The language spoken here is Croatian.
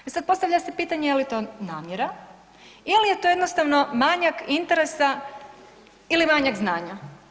E sad postavlja se pitanje je li to namjera ili je to jednostavno manjak interesa ili manjak znanja?